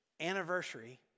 anniversary